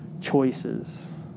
choices